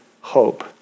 hope